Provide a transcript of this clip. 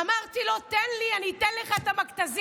אמרתי לו: תן לי, אני אתן לך את המכת"זית.